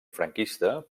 franquista